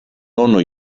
nonno